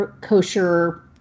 Kosher